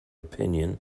opinion